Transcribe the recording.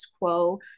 quo